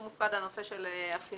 הוא מופקד על הנושא של החינוך,